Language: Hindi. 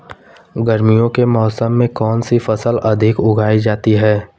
गर्मियों के मौसम में कौन सी फसल अधिक उगाई जाती है?